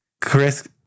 Chris